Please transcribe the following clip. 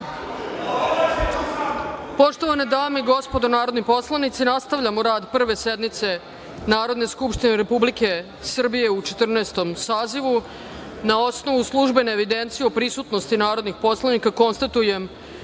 Poštovane dame i gospodo narodni poslanici, nastavljamo rad Prve sednice Narodne skupštine Republike Srbije u Četrnaestom sazivu. Na osnovu službene evidencije o prisutnosti narodnih poslanika, konstatujem